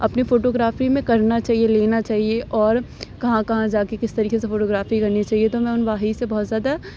اپنی photography میں کرنا چاہیے لینا چاہیے اور کہاں کہاں جا کے کس طریقے سے فوٹو گرافی کرنی چاہیے تو میں اُن بھاٮٔی سے بہت زیادہ